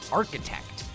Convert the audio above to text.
architect